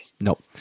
Nope